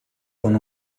con